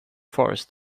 forest